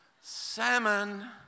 Salmon